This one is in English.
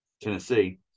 Tennessee